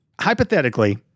Hypothetically